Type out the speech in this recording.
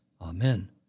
Amen